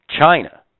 china